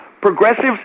Progressives